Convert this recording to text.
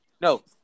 no